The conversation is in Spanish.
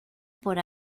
por